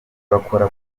bakora